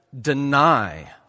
deny